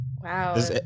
Wow